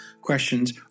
questions